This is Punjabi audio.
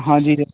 ਹਾਂਜੀ